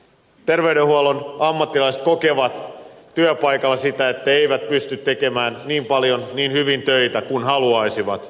terveydenhuollon ammattilaiset kokevat työpaikalla että eivät pysty tekemään niin paljon niin hyvin töitä kuin haluaisivat